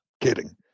kidding